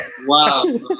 Wow